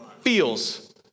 feels